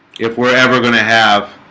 if we're ever going to have